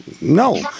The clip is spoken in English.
no